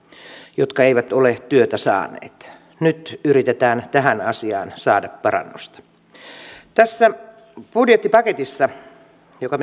jotka eivät ole työtä saaneet nyt yritetään tähän asiaan saada parannusta tässä budjettipaketissa joka